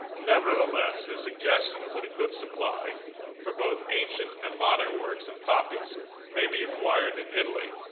nevertheless, his suggestions that a good supply for both ancient and modern works and copies may be acquired in italy,